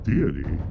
Deity